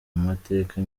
mateka